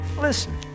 listen